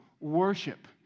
worship